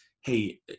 Hey